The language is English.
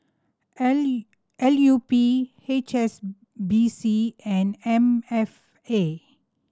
L L U P H S B C and M F A